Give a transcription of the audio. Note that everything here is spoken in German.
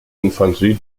infanterie